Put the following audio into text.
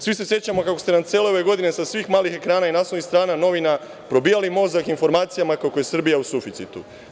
Svi se sećamo kako ste nam cele ove godine sa svih malih ekrana i naslovnih strana novina probijali mozak informacijama kako je Srbija u suficitu.